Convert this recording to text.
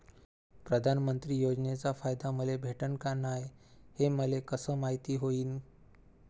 प्रधानमंत्री योजनेचा फायदा मले भेटनं का नाय, हे मले कस मायती होईन?